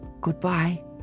Goodbye